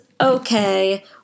okay